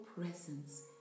presence